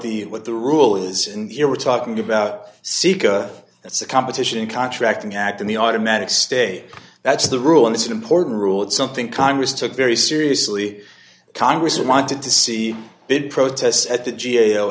the what the rule is and here we're talking about seeka it's a competition contracting act in the automatic state that's the rule and it's an important rule and something congress took very seriously congress and wanted to see big protests at the g a o